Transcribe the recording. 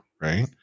right